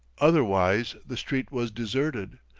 otherwise the street was deserted.